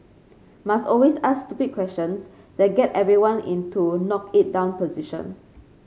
must always ask stupid questions that get everyone into knock it down position